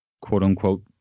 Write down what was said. quote-unquote